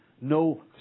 no